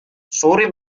suurim